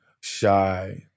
shy